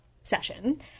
session